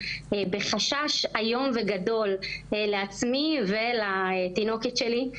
בחשש איום וגדול לעצמי ולתינוקת שלי.